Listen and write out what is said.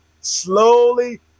slowly